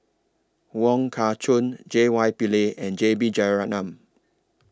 Wong Kah Chun J Y Pillay and J B Jeyaretnam